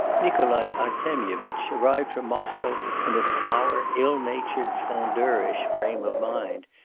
nikolai artemyevitch arrived from moscow in a sour, ill-natured, frondeurish frame of mind.